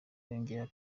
yongeyeho